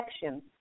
section